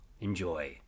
Enjoy